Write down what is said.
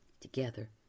Together